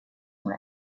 sont